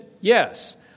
Yes